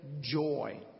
joy